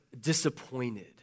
disappointed